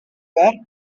were